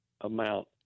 amount